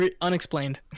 Unexplained